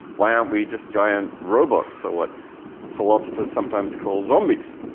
why aren't we just giant robots or what philosophers sometimes call zombies,